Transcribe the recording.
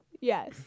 Yes